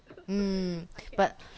mm but